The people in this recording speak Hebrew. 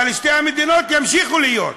אבל שתי המדינות ימשיכו להיות.